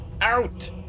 Out